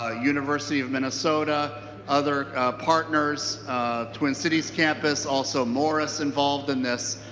ah university of minnesota other partners twin cities campus also morris involved in this.